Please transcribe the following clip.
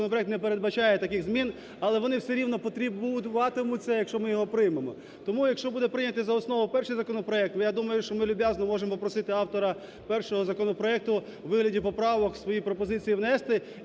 законопроект не передбачає таких змін, але вони все-рівно потребуватимуться, якщо ми його приймемо. Тому, якщо буде прийнятий за основу перший законопроект, я думаю, що ми люб'язно можемо просити автора першого законопроекту у вигляді поправок свої пропозиції внести.